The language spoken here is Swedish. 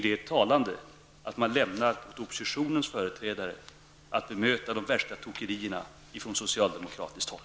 Det är talande att man överlåter åt oppositionens företrädare att bemöta de värsta tokerierna från socialdemokratiskt håll.